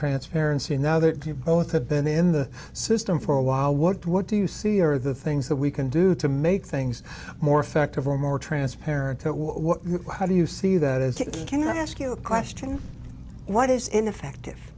transparency now that you both have been in the system for a while worked what do you see are the things that we can do to make things more effective or more transparent what do you see that as you can i ask you a question what is ineffective